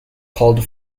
called